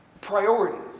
priorities